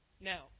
Now